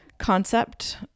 Concept